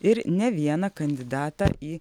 ir ne vieną kandidatą į